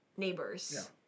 neighbors